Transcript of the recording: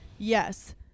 Yes